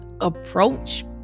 approach